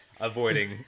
avoiding